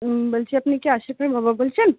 বলছি আপনি কি আসিফের বাবা বলছেন